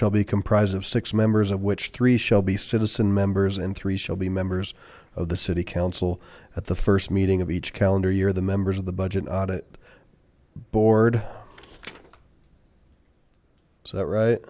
shall be comprised of six members of which three shall be citizen members and three shall be members of the city council at the first meeting of each calendar year the members of the budget audit board is that right